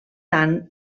tant